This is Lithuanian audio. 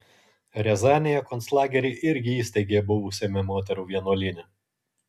riazanėje konclagerį irgi įsteigė buvusiame moterų vienuolyne